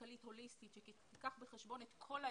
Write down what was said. כלכלית הוליסטית שתיקח בחשבון את כל ההיבטים,